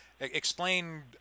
Explain